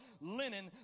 linen